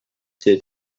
two